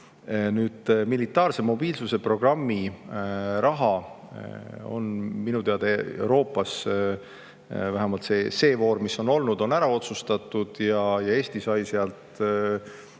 olnud. Militaarse mobiilsuse programmi raha on minu teada Euroopas – vähemalt see voor, mis on olnud – ära otsustatud ja Eesti sai sealt päris